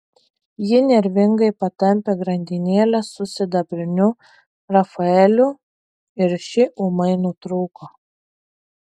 ji nervingai patampė grandinėlę su sidabriniu rafaeliu ir ši ūmai nutrūko